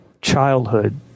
childhood